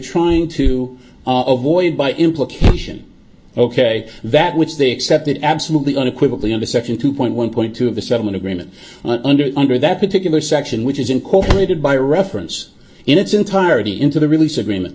trying to avoid by implication ok that which they accepted absolutely unequivocally under section two point one point two of the settlement agreement under under that particular section which is incorporated by reference in its entirety into the release agreement